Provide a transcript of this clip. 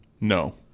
No